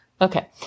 Okay